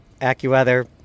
accuweather